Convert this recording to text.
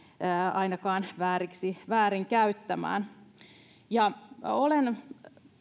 ainakaan väärin käyttämään olen